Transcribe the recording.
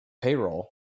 payroll